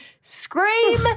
scream